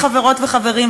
חברות וחברים,